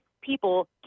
people